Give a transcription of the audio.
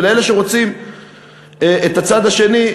ולאלה שרוצים את הצד השני,